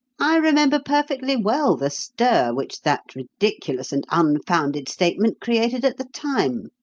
i remember perfectly well the stir which that ridiculous and unfounded statement created at the time.